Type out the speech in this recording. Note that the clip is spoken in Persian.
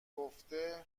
گفته